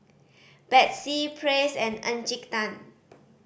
Betsy Praise and Encik Tan